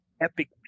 epic